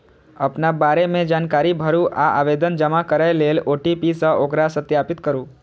अपना बारे मे जानकारी भरू आ आवेदन जमा करै लेल ओ.टी.पी सं ओकरा सत्यापित करू